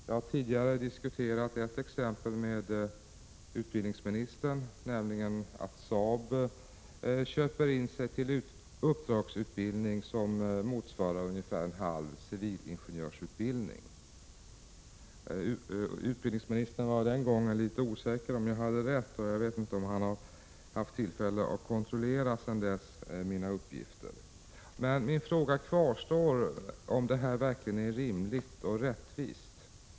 Jag har tidigare diskuterat ett exempel med utbildningsministern, nämligen att Saab köper in sig på uppdragsutbildning som motsvarar ungefär en halv civilingenjörsutbildning. Utbildningsministern var den gången litet osäker om jag hade rätt. Jag vet inte om han har haft tillfälle att sedan dess kontrollera mina uppgifter. Min fråga kvarstår om detta verkligen är rimligt och rättvist.